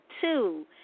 two